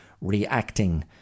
reacting